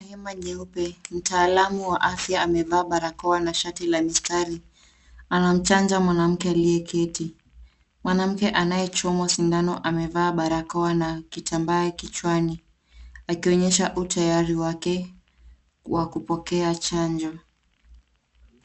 Nehema nyeupe mtaalamu wa afya amevaa barakoa na shati la mistari anamchanja mwanamke alieketi. Mwanake anayechomoa sindano amevaa barakoa na kitambaa kichwani akionyesha utayari wake wa kupokea chanjo.